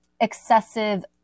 excessive